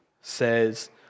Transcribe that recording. says